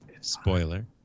Spoiler